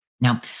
Now